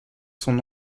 son